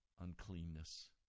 uncleanness